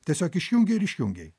tiesiog išjungei ir išjungei